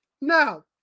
Now